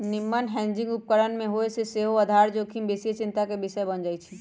निम्मन हेजिंग उपकरण न होय से सेहो आधार जोखिम बेशीये चिंता के विषय बन जाइ छइ